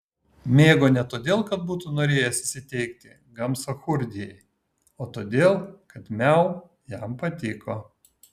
mėgo ne todėl kad būtų norėjęs įsiteikti gamsachurdijai o todėl kad miau jam patiko